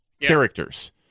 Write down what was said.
characters